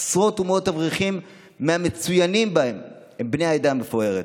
עשרות ומאות אברכים מהמצוינים בהם הם בני העדה המפוארת.